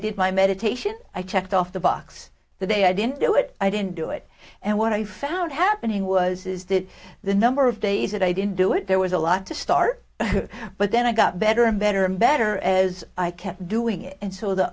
did my meditation i checked off the box the day i didn't do it i didn't do it and what i found happening was is that the number of days that i didn't do it there was a lot to start but then i got better and better and better as i kept doing it and so the